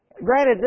Granted